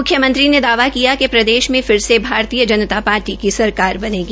मुख्यमंत्री ने दावा किया िक प्रदेश में भारतीय जनता पार्टी की सरकार बनेगी